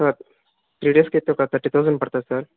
sir three డేస్కి అయితే ఒక థర్టీ థౌజండ్ పడుతుంది సార్